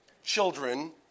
Children